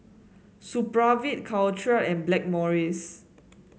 Supravit Caltrate and Blackmores